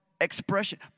expression